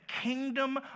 kingdom